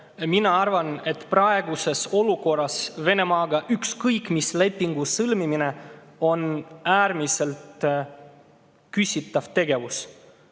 Mina arvan, et praeguses olukorras on ükskõik mis lepingu sõlmimine Venemaaga äärmiselt küsitav tegevus.